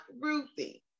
Ruthie